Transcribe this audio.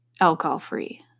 alcohol-free